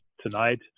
tonight